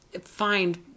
find